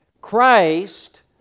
Christ